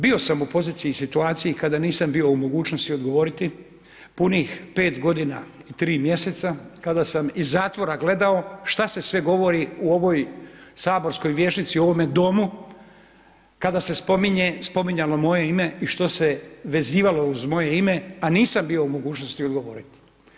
Bio sam u poziciji i situaciji kada nisam bio u mogućnosti odgovoriti, punih pet godina i tri mjeseca kada sam iz zatvora gledao šta se sve govori u ovoj saborskoj vijećnici u ovome Domu, kada se spominjalo moje ime i što se vezivalo uz moje ime, a nisam bio u mogućnosti odgovoriti.